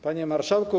Panie Marszałku!